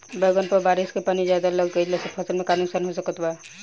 बैंगन पर बारिश के पानी ज्यादा लग गईला से फसल में का नुकसान हो सकत बा?